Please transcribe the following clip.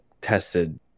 tested